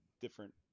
different